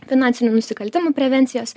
finansinių nusikaltimų prevencijos